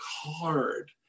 hard